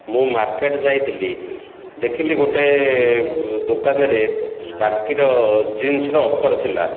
ମୁଁ ମାର୍କେଟ ଯାଇଥିଲି ଦେଖିଲି ଗୋଟିଏ ଦୋକାନରେ ସ୍ପାର୍କିର ଜିନ୍ସର ଅଫର୍ ଥିଲା